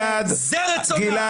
זה רצון העם.